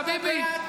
חביבי,